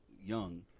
young